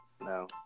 No